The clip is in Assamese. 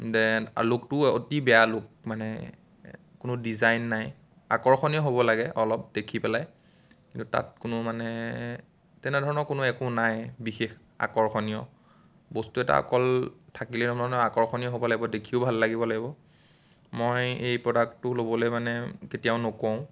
ডেন লুকটোও অতি বেয়া লুক মানে কোনো ডিজাইন নাই আকৰ্ষণীয় হ'ব লাগে অলপ দেখি পেলাই কিন্তু তাত কোনো মানে তেনেধৰণৰ কোনো একো নাই বিশেষ আকৰ্ষণীয় বস্তু এটা অকল থাকিলে নহয় নহয় আকৰ্ষণীয় হ'ব লাগিব দেখিও ভাল লাগিব লাগিব মই এই প্ৰডাক্টটো ল'বলৈ মানে কেতিয়াও নকওঁ